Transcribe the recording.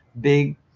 big